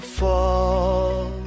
fall